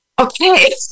okay